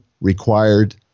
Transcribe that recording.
required